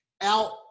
out